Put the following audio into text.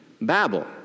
Babel